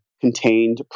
contained